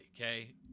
okay